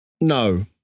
No